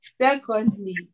Secondly